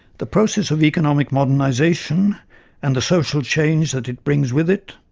the process of economic modernisation and the social change that it brings with it,